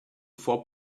four